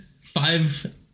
five